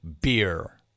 Beer